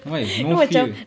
why no fear